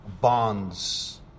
bonds